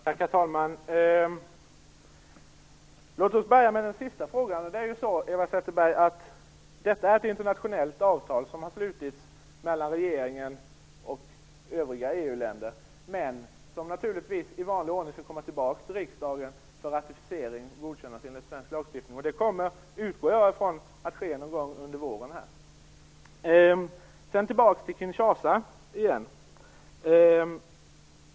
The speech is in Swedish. Herr talman! Låt oss börja med den sista frågan. Det är ju så, Eva Zetterberg, att detta är ett internationellt avtal som har slutits mellan regeringen och övriga EU-länder, men som naturligtvis i vanlig ordning skall komma tillbaka till riksdagen för ratificering och godkännande enligt svensk lagstiftning. Det utgår jag ifrån kommer att ske någon gång under våren. Tillbaka till Kinshasa igen.